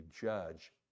judge